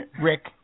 Rick